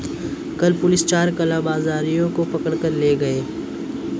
कल पुलिस चार कालाबाजारियों को पकड़ कर ले गए